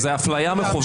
קריאה ראשונה.